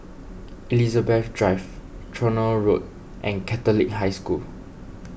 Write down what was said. Elizabeth Drive Tronoh Road and Catholic High School